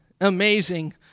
amazing